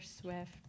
Swift